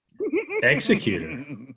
Executor